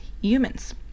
humans